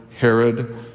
Herod